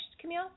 Camille